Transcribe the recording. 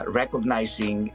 recognizing